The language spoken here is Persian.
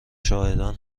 شاهدان